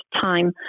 time